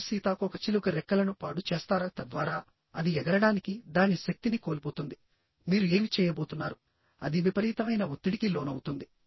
మీరు సీతాకోకచిలుక రెక్కలను పాడు చేస్తార తద్వారా అది ఎగరడానికి దాని శక్తిని కోల్పోతుంది మీరు ఏమి చేయబోతున్నారు అది విపరీతమైన ఒత్తిడికి లోనవుతుంది